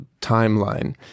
timeline